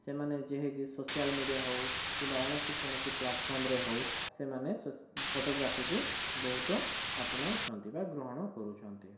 ସେମାନେ ଯେହେକି social media ହେଉ କିମ୍ବା ଅନ୍ୟ କୌଣସି ପ୍ଲାଟଫର୍ମରେ ହେଉ ସେମାନେ ସୋ ଫଟୋଗ୍ରାଫିକୁ ବହୁତ ଆପଣାଉଛନ୍ତି ବା ଗ୍ରହଣ କରୁଛନ୍ତି